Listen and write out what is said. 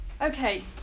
Okay